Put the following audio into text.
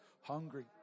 hungry